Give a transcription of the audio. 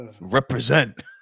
Represent